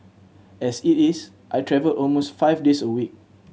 as it is I travel almost five days a week